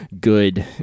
good